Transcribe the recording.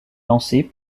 lancée